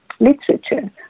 Literature